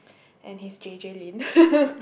and he is J_J-Lin